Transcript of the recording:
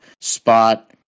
spot